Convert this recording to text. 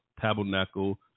Tabernacle